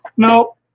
No